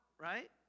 right